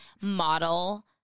model